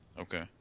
Okay